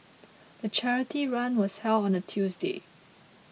the charity run was held on a Tuesday